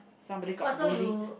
!wah! so you